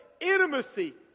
intimacy